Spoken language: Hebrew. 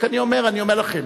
רק אני אומר, אני אומר לכם,